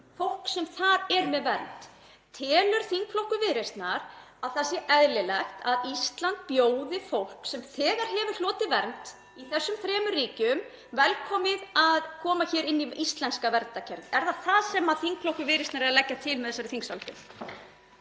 fólk sem er með vernd þar. Telur þingflokkur Viðreisnar að það sé eðlilegt að Ísland bjóði fólk sem þegar hefur hlotið vernd í þessum þremur ríkjum velkomið að koma hér inn í íslenska verndarkerfið? Er það það sem þingflokkur Viðreisnar er að leggja til með þessari